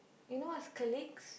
you know what is colleagues